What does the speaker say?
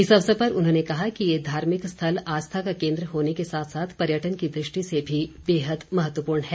इस अवसर पर उन्होंने कहा कि ये धार्मिक स्थल आस्था का केन्द्र होने के साथ साथ पर्यटन की दृष्टि से भी बेहद महत्वपूर्ण है